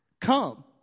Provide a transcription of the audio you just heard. come